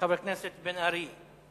חבר הכנסת מיכאל בן-ארי.